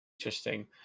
interesting